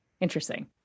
Interesting